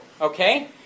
okay